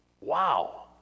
Wow